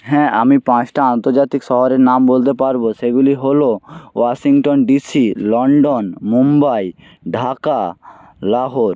হ্যাঁ আমি পাঁচটা আন্তর্জাতিক শহরের নাম বলতে পারব সেগুলি হল Washington DC London Mumbai Dhaka Lahore